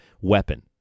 weapon